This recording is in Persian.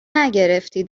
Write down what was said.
نگرفتی